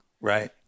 Right